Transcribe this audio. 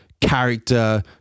character